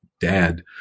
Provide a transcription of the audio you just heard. dad